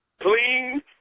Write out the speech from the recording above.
clean